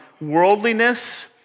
worldliness